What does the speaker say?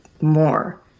more